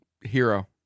hero